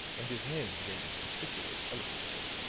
and his hands began to gesticulate eloquently.